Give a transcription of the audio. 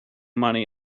money